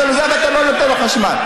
אז למה אתה לא נותן לו חשמל?